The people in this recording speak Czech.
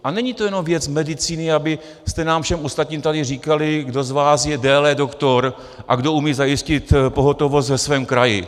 A není to jenom věc medicíny, abyste nám všem ostatním tady říkali, kdo z vás je déle doktor a kdo umí zajistit pohotovost ve svém kraji.